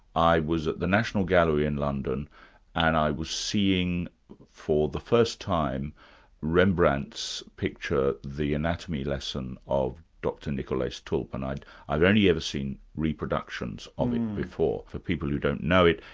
i was at the national gallery in london and i was seeing for the first time rembrandt's picture the anatomy lesson of dr nicolaes tulp and i'd i'd only ever seen reproductions of um it before. for people who don't know it,